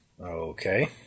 Okay